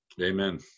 Amen